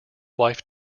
wife